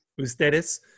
Ustedes